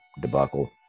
debacle